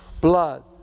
blood